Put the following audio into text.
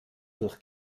durch